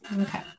Okay